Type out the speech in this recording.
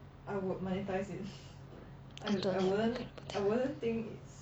I don't have incredible talent